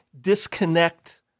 disconnect